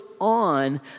on